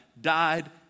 died